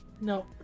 No